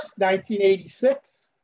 1986